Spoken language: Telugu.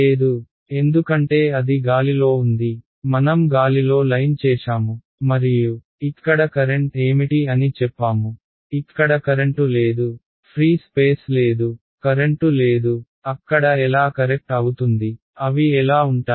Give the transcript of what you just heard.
లేదు ఎందుకంటే అది గాలిలో ఉంది మనం గాలిలో లైన్ చేశాము మరియు ఇక్కడ కరెంట్ ఏమిటి అని చెప్పాము ఇక్కడ కరెంటు లేదు ఫ్రీ స్పేస్ లేదు కరెంటు లేదు అక్కడ ఎలా కరెక్ట్ అవుతుంది అవి ఎలా ఉంటాయి